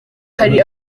hari